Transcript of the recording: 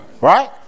right